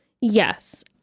Yes